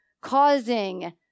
causing